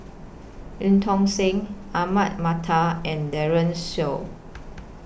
EU Tong Sen Ahmad Mattar and Daren Shiau